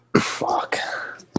Fuck